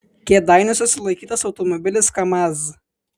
kėdainiuose sulaikytas automobilis kamaz